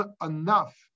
enough